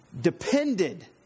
depended